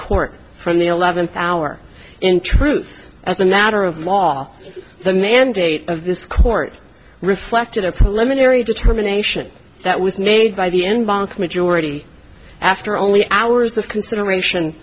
court from the eleventh hour in truth as a matter of law the mandate of this court reflected a preliminary determination that was made by the end bank majority after only hours of consideration